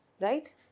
right